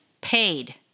paid